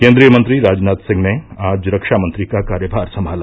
केन्द्रीय मंत्री राजनाथ सिंह ने आज रक्षामंत्री का कार्यभार संभाला